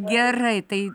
gerai tai